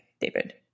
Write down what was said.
David